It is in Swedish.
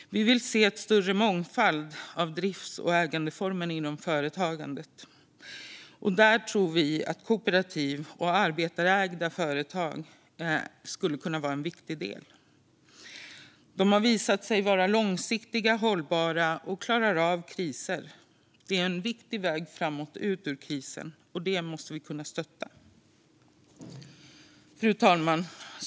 Vi vill se en större mångfald av drifts och ägandeformer inom företagandet, och där tror vi att kooperativ och arbetarägda företag skulle kunna vara en viktig del. De har visat sig vara långsiktiga och hållbara och klarar av kriser. Detta är en viktig väg ut ur krisen, och det måste vi kunna stötta. Fru talman!